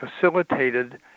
facilitated